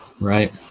Right